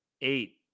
eight